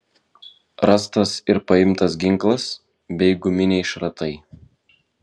rastas ir paimtas ginklas bei guminiai šratai